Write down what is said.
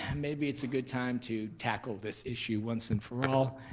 maybe it's a good time to tackle this issue once and for all.